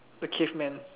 the caveman